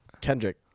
Kendrick